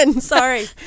sorry